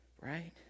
right